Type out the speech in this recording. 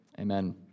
Amen